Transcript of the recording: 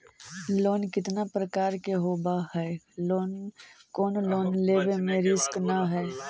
Loan कितना प्रकार के होबा है कोन लोन लेब में रिस्क न है?